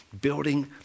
building